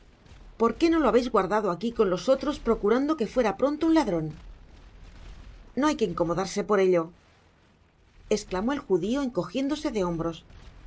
por qué no lo habeis guardado aqui con los otros procurando que fuera pronto un ladron no hay que incomodarse por elloesclamó el judio encogiéndose de hombros